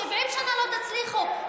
70 שנה לא תצליחו,